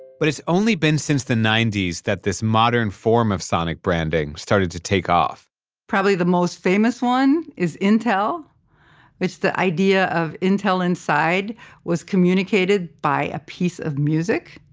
but it's only been since the ninety s that this modern form of sonic branding started to take off probably the most famous one is intel which the idea of intel inside was communicated by a piece of music.